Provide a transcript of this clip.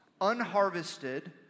unharvested